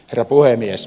herra puhemies